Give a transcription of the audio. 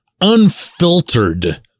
unfiltered